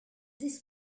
this